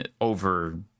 over